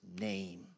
name